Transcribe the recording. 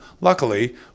Luckily